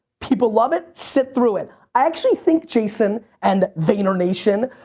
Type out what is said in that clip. people love it, sit through it. i actually think, jason, and vaynernation,